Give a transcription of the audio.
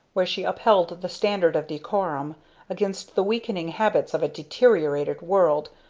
where she upheld the standard of decorum against the weakening habits of a deteriorated world,